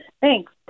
Thanks